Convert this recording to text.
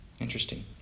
Interesting